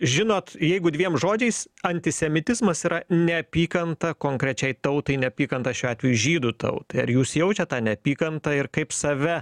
žinot jeigu dviem žodžiais antisemitizmas yra neapykanta konkrečiai tautai neapykanta šiuo atveju žydų tautai ar jūs jaučiat tą neapykantą ir kaip save